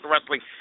wrestling